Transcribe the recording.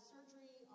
Surgery